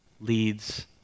leads